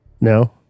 No